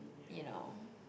you know